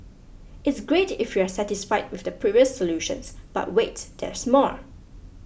it's great if you're satisfied with the previous solutions but wait there's more